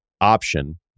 option